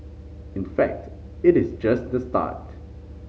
in fact it is just the start